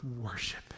worship